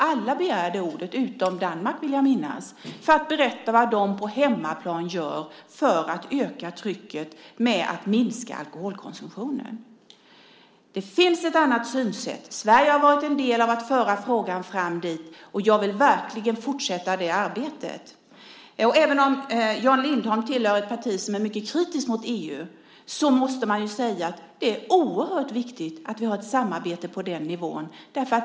Alla begärde ordet, utom Danmark, vill jag minnas, för att berätta vad de på hemmaplan gör för att öka trycket med att minska alkoholkonsumtionen. Det finns ett annat synsätt. Sverige har varit en del av att föra frågan fram dit, och jag vill verkligen fortsätta det arbetet. Även om Jan Lindholm tillhör ett parti som är mycket kritiskt mot EU måste man säga att det är oerhört viktigt att vi har ett samarbete på den nivån.